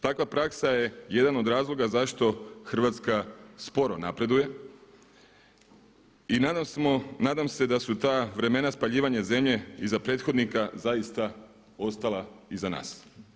Takva praksa je jedan od razloga zašto Hrvatska sporo napreduje i nadam se da su ta vremena spaljivanja zemlje iza prethodnika zaista ostala iza nas.